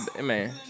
man